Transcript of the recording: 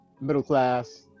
middle-class